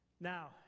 Now